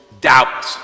doubt